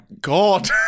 god